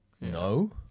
no